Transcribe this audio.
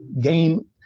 Game